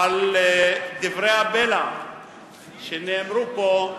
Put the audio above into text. על דברי הבלע שנאמרו פה,